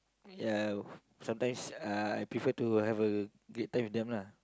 ya sometimes I prefer to have a great time with them lah